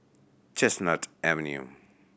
Chestnut Avenue